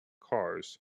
cars